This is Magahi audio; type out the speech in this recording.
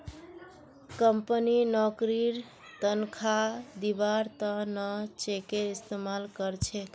कम्पनि नौकरीर तन्ख्वाह दिबार त न चेकेर इस्तमाल कर छेक